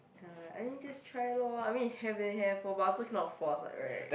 ya I mean just try loh I mean if have then have but also cannot force what right